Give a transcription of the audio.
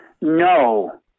no